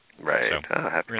Right